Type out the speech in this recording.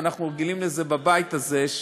ואנחנו רגילים לזה בבית הזה,